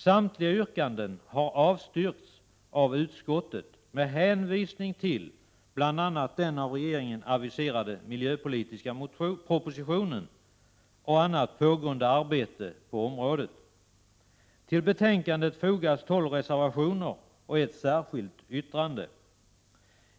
Samtliga yrkanden har avstyrkts av utskottet med hänvisning till bl.a. den av regeringen aviserade miljöpolitiska propositionen och annat pågående arbete på området. Till betänkandet fogas 12 reservationer och ett särskilt yttrande.